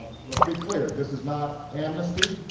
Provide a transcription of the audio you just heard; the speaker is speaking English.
um let's be clear. this is not amnesty,